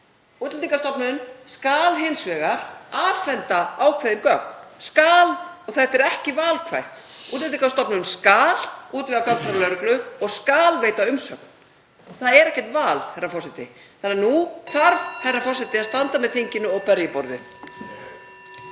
með þeim hætti — skal hins vegar afhenda ákveðin gögn, skal. Þetta er ekki valkvætt. Útlendingastofnun skal útvega gögn frá lögreglu og skal veita umsögn. Það er ekkert val, herra forseti. Nú þarf herra forseti að standa með þinginu og berja í borðið.